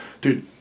dude